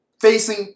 Facing